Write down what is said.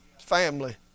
family